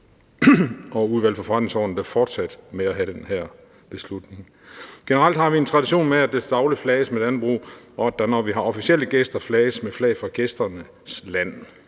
og Udvalget for Forretningsordenen, der fortsat skulle beslutte det. Generelt har vi en tradition for, at der til daglig flages med Dannebrog, og at der, når vi har officielle gæster, flages med flaget fra gæsternes land,